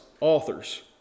authors